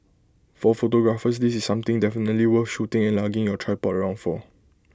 for photographers this is something definitely worth shooting and lugging your tripod around for